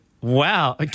wow